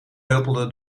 huppelde